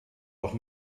auch